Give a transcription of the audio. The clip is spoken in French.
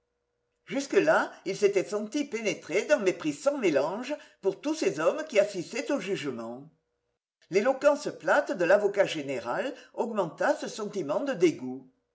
jusque-là il s'était senti pénétré d'un mépris sans mélange pour tous les hommes qui assistaient au jugement l'éloquence plate de l'avocat général augmenta ce sentiment de dégoût